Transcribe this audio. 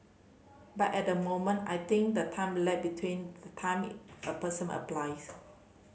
but at the moment I think the time lag between the time a person applies